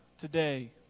today